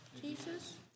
Jesus